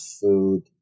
food